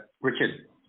Richard